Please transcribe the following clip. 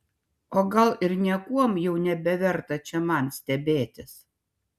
o gal ir niekuom jau nebeverta čia man stebėtis